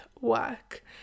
work